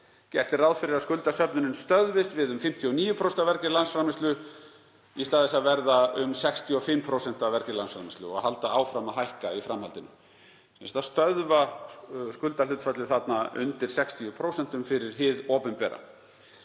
Gert er ráð fyrir að skuldasöfnunin stöðvist við um 59% af vergri landsframleiðslu í stað þess að verða um 65% af vergri landsframleiðslu og halda áfram að hækka í framhaldinu, þ.e. stöðva skuldahlutfallið undir 60% fyrir hið opinbera.